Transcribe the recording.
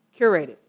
curated